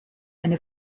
eine